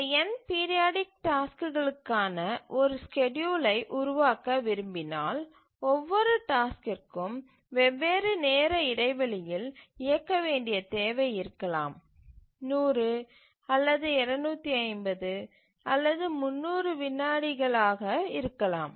இந்த n periodic டாஸ்க்களுக்கான ஒரு ஸ்கேட்யூலை உருவாக்க விரும்பினால் ஒவ்வொரு டாஸ்க்க்கும் வெவ்வேறு நேர இடைவெளியில் இயங்கவேண்டிய தேவை இருக்கலாம் 100 அல்லது 250 அல்லது 300 மில்லி வினாடிகளாக இருக்கலாம்